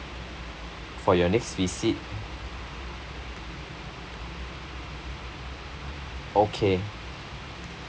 for your next visit okay